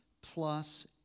plus